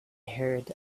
heard